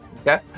Okay